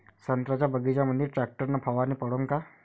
संत्र्याच्या बगीच्यामंदी टॅक्टर न फवारनी परवडन का?